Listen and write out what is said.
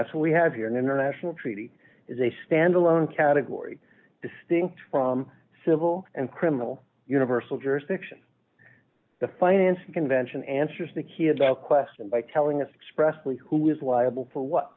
that's what we have here an international treaty is a standalone category distinct from civil and criminal universal jurisdiction the finance convention answers the key had the question by telling us expressly who is liable for what